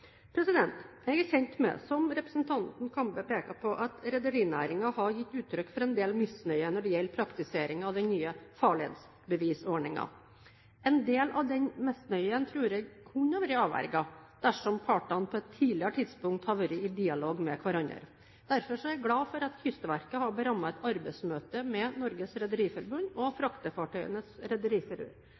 Jeg er kjent med – som representanten Kambe peker på – at rederinæringen har gitt uttrykk for en del misnøye når det gjelder praktiseringen av den nye farledsbevisordningen. En del av denne misnøyen tror jeg kunne ha vært avverget dersom partene på et tidligere tidspunkt hadde vært i dialog med hverandre. Derfor er jeg glad for at Kystverket har berammet et arbeidsmøte med Norges Rederiforbund og Fraktefartøyenes